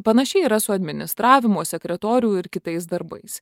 panašiai yra su administravimo sekretorių ir kitais darbais